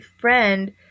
friend